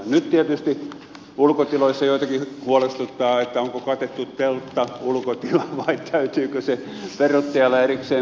nyt tietysti ulkotiloissa joitakin huolestuttaa onko katettu teltta ulkotilaan vai täytyykö se verottajalle erikseen määritellä